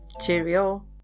Cheerio